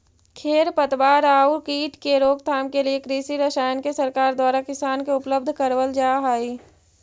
खेर पतवार आउ कीट के रोकथाम के लिए कृषि रसायन के सरकार द्वारा किसान के उपलब्ध करवल जा हई